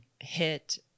hit